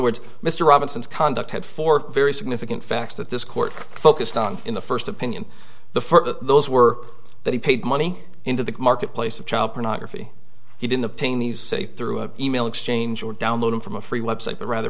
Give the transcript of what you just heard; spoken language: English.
words mr robinson's conduct had for very significant facts that this court focused on in the first opinion the further those were that he paid money into the marketplace of child pornography he didn't obtain these say through an e mail exchange or downloading from a free website but rather